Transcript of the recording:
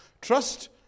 Trust